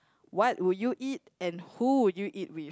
what would you eat and who would you eat with